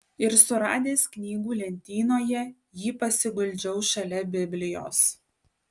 ir suradęs knygų lentynoje jį pasiguldžiau šalia biblijos